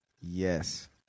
Yes